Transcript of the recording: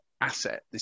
asset